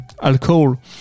alcohol